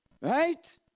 Right